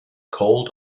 cold